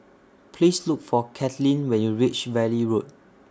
Please Look For Katlyn when YOU REACH Valley Road